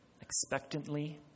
expectantly